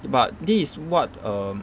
but this is what um